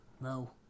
No